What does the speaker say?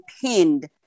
pinned